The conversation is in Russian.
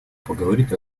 поговорить